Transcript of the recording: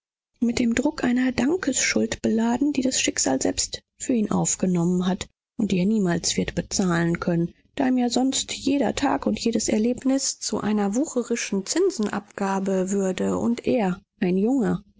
mit dem druck einer dankesschuld beladen die das schicksal selbst für ihn aufgenommen hat und die er niemals wird bezahlen können da ihm ja sonst jeder tag und jedes erlebnis zu einer wucherischen zinsenabgabe würde und er ein junger